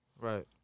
Right